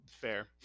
Fair